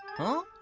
huh?